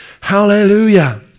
Hallelujah